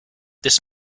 this